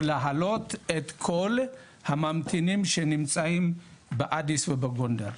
או לעלות את כל הממתינים שנמצאים באדיס ובגונדר,